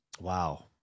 wow